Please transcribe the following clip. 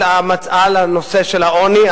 על הנושא של העוני.